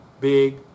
big